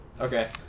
Okay